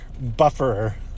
buffer